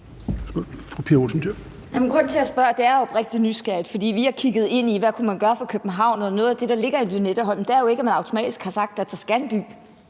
er, at jeg er oprigtigt nysgerrig, for vi har kigget ind i, hvad man kunne gøre for København, og noget af det, der ligger i projektet Lynetteholmen, er jo ikke, at man automatisk har sagt, at der skal være en by.